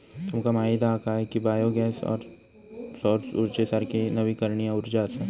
तुमका माहीत हा काय की बायो गॅस सौर उर्जेसारखी नवीकरणीय उर्जा असा?